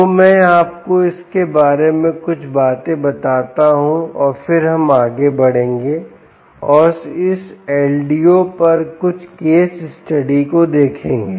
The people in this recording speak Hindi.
तो मैं आपको इसके बारे में कुछ बातें बताता हूं और फिर हम आगे बढ़ेंगे और इस LDO पर कुछ केस स्टडी को देखेंगे